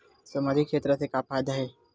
सामजिक क्षेत्र से का फ़ायदा हे?